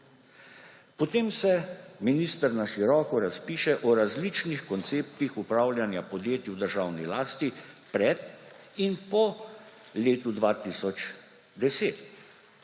Potem se minister na široko razpiše o različnih konceptih upravljanja podjetja v državni lasti pred in po letu 2010,